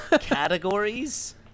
categories